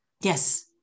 Yes